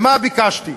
מה ביקשתי?